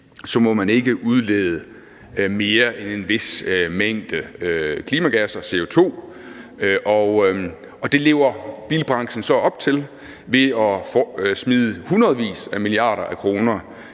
må man ikke udlede mere end en vis mængde klimagasser, CO2. Og det lever bilbranchen så op til ved at smide hundredvis af milliarder af kroner